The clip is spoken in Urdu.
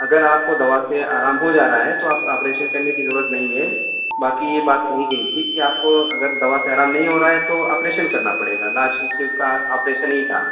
اگر آپ کو دوا سے آرام ہو جا رہا ہے تو آپ آپریشن کرنے کی ضرورت نہیں ہے باقی یہ بات کہی گئی تھی کہ آپ کو اگر دوا سے آرام نہیں ہو رہا ہے تو آپریشن کرنا پڑے گا لاسٹ اس چیز کا آپریشن ہی تھا